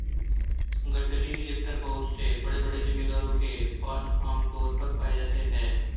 गठरी लिफ्टर बहुत से बड़े बड़े जमींदारों के पास आम तौर पर पाए जाते है